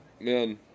man